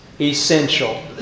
essential